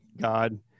god